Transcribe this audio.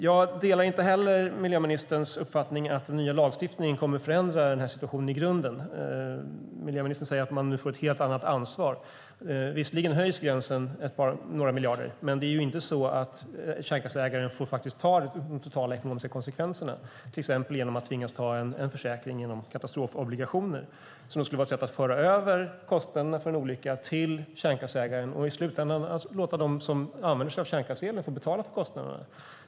Jag delar inte heller miljöministerns uppfattning att den nya lagstiftningen kommer att förändra den här situationen i grunden. Miljöministern säger att man nu får ett helt annat ansvar. Visserligen höjs gränsen några miljarder, men kärnkraftsägaren får inte ta de totala ekonomiska konsekvenserna till exempel genom att tvingas ta en försäkring inom katastrofobligationer, vilket skulle vara ett sätt att föra över kostnaderna för en olycka till kärnkraftsägaren och i slutändan låta dem som använder sig av kärnkraftselen betala för kostnaderna.